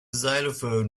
xylophone